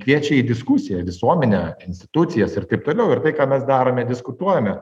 kviečia į diskusiją visuomenę institucijas ir taip toliau ir tai ką mes darome diskutuojame